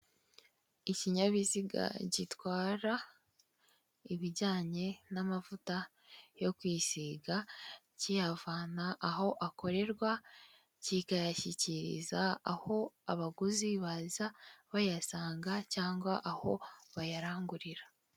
Ikinyabiziga gitwara ibijyanye n'amavuta yo kwisiga, kiyavana aho akorerwa kikayashyikiriza aho abaguzi baza bayasanga cyangwa aho bayarangurira.